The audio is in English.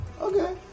Okay